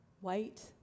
White